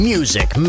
Music